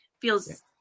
feels